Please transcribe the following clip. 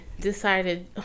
decided